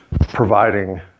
providing